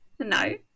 no